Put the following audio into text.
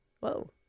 Whoa